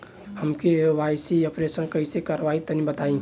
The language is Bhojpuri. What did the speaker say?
हम के.वाइ.सी अपडेशन कइसे करवाई तनि बताई?